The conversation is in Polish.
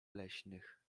leśnych